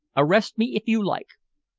arrest me if you like.